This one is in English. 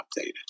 updated